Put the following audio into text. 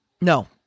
No